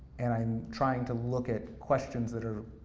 and i'm trying to look at questions that are,